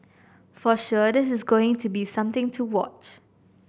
for sure this is going to be something to watch